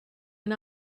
and